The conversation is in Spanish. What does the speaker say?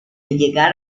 llegar